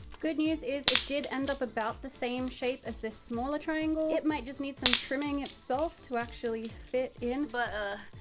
good news is it did end up about the same shape as this smaller triangle. it might just need some trimming itself to actually fit in. but, ah,